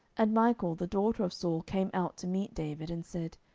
and michal the daughter of saul came out to meet david, and said,